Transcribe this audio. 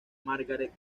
margaret